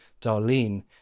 Darlene